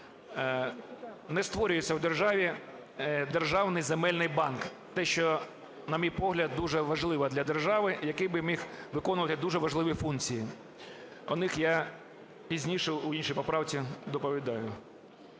не створюється в державі Державний земельний банк, те, що, на мій погляд, дуже важливо для держави, який би міг виконувати дуже важливі функції, про них я пізніше в іншій поправці доповідаю.